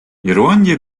ирландия